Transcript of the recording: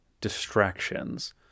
distractions